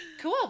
cool